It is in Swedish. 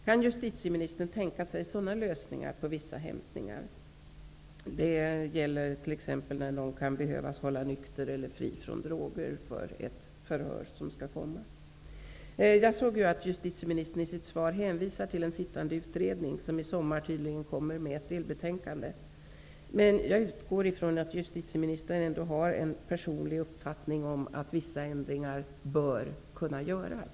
Kan justitieministern tänka sig sådana lösningar när det gäller vissa hämtningar, t.ex. när det är fråga om att någon kan behöva hållas nykter eller fri från andra droger än alkohol inför ett förestående förhör? I sitt svar hänvisar justitieministern till en sittande utredning, som i sommar kommer med ett delbetänkande. Men jag utgår ifrån att justitieministern ändå har en personlig uppfattning om att vissa ändringar bör kunna göras.